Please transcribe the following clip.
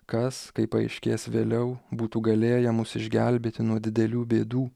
kas kaip paaiškės vėliau būtų galėję mus išgelbėti nuo didelių bėdų